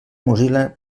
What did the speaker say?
mozilla